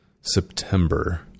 September